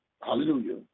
Hallelujah